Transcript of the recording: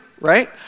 right